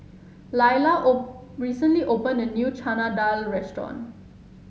Lyla O recently opened a new Chana Dal Restaurant